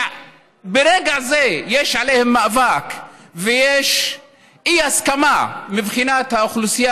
ברגע זה יש עליהן מאבק ואי-הסכמה מצד האוכלוסייה